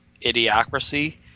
idiocracy